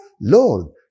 lord